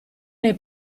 nei